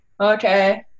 Okay